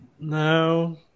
No